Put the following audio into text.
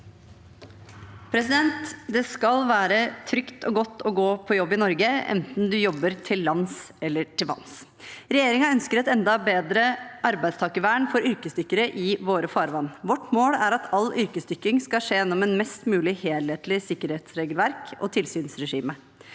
Det skal være trygt og godt å gå på jobb i Norge, enten man jobber til lands eller til vanns. Regjeringen ønsker et enda bedre arbeidstakervern for yrkesdykkere i våre farvann. Vårt mål er at all yrkesdykking skal skje gjennom et mest mulig helhetlig sikkerhetsregelverk og tilsynsregime.